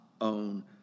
own